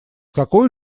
какой